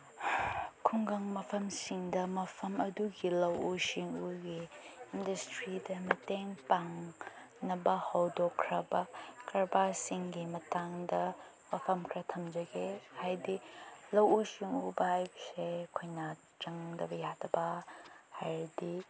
ꯈꯨꯡꯒꯪ ꯃꯐꯝꯁꯤꯡꯗ ꯃꯐꯝ ꯑꯗꯨꯒꯤ ꯂꯧꯎ ꯁꯤꯡꯎꯒꯤ ꯏꯟꯗꯁꯇ꯭ꯔꯤꯗ ꯃꯇꯦꯡ ꯄꯥꯡꯅꯕ ꯍꯧꯗꯣꯛꯈ꯭ꯔꯕ ꯀꯔꯕꯥꯔꯁꯤꯡꯒꯤ ꯃꯇꯥꯡꯗ ꯋꯥꯐꯝ ꯈꯔ ꯊꯝꯖꯒꯦ ꯍꯥꯏꯗꯤ ꯂꯧꯎ ꯁꯤꯡꯎꯕ ꯍꯥꯏꯕꯁꯦ ꯑꯩꯈꯣꯏꯅ ꯆꯪꯗꯕ ꯌꯥꯗꯕ ꯍꯥꯏꯔꯗꯤ